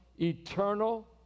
eternal